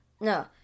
No